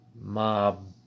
mob